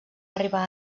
arribar